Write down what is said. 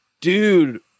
dude